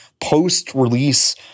Post-release